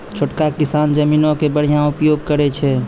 छोटका किसान जमीनो के बढ़िया उपयोग करै छै